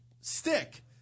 stick